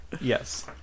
Yes